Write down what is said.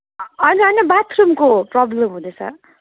होइन होइन बाथरुमको प्रबल्म हुँदैछ